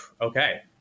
okay